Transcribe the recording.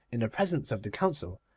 in the presence of the council,